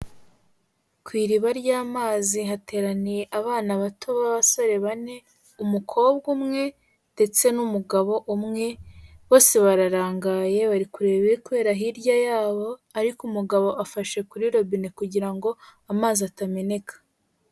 Ku iriba ry'amazi hateraniye abana bato b'abasore bane, umukobwa umwe ndetse n'umugabo umwe bose bararangaye, bari kureba ibiri kubera hirya yabo, ariko umugabo afashe kuri robine kugira ngo amazi atameneka.